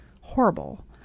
horrible